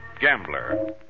gambler